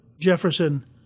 Jefferson